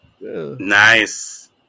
Nice